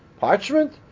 parchment